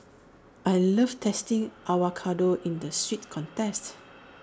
I love tasting avocado in the sweet context